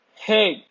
Hey